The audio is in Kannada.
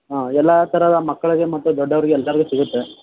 ಹಾಂ ಎಲ್ಲ ಥರದ ಮಕ್ಕಳಿಗೆ ಮತ್ತು ದೊಡ್ಡವರಿಗೆ ಎಲ್ಲರಿಗೂ ಸಿಗುತ್ತೆ